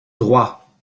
droits